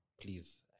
Please